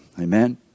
Amen